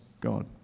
God